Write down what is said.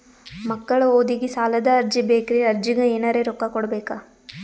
ಮಕ್ಕಳ ಓದಿಗಿ ಸಾಲದ ಅರ್ಜಿ ಬೇಕ್ರಿ ಅರ್ಜಿಗ ಎನರೆ ರೊಕ್ಕ ಕೊಡಬೇಕಾ?